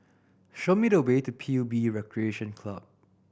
show me the way to P U B Recreation Club